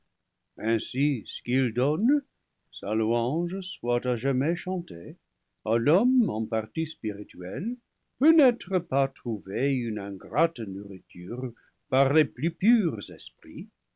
ainsi ce qu'il donne sa louange soit à jamais chantée à l'homme en partie spirituel peut n'être pas trouvé une in grate nourriture par les plus purs esprits